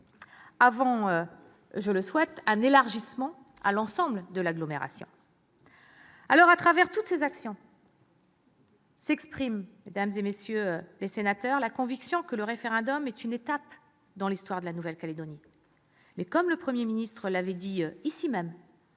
avant- je le souhaite -un élargissement à l'ensemble de l'agglomération. À travers toutes ces actions s'exprime la conviction que le référendum est une étape dans l'histoire de la Nouvelle-Calédonie. Mais comme le Premier ministre l'avait dit au Sénat,